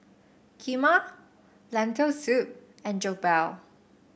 Kheema Lentil Soup and Jokbal